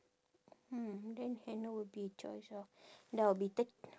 mm then henna will be choice ah that will be thir~